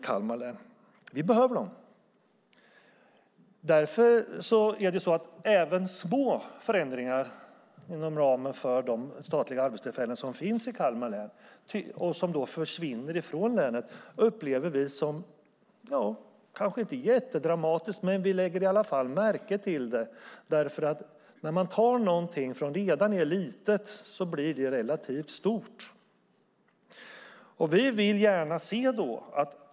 Därför lägger vi märke även till små förändringar inom ramen för de statliga arbetstillfällen som försvinner från Kalmar län. Det kanske inte är jättedramatiskt, men vi lägger i alla fall märke till det, för när man tar någonting från något som redan är litet känns det relativt stort.